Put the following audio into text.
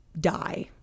die